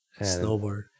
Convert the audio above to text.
snowboard